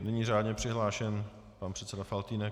Nyní řádně přihlášen pan předseda Faltýnek.